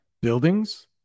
buildings